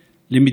ממש.